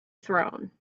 throne